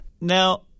Now